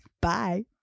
Bye